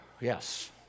Yes